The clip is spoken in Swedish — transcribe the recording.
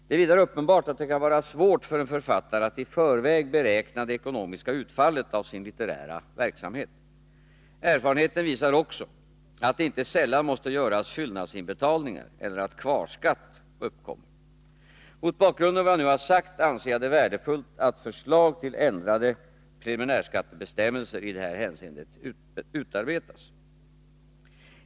Det är vidare uppenbart att det kan vara svårt för en författare att i förväg beräkna det ekonomiska utfallet av sin litterära verksamhet. Erfarenheten visar också att det inte sällan måste göras fyllnadsinbetalningar eller att kvarskatt uppkommer. Mot bakgrund av vad jag nu har sagt anser jag det värdefullt att förslag till ändrade preliminärskattebestämmelser i detta hänseende utarbetas.